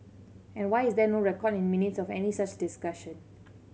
and why is there no record in Minutes of any such discussion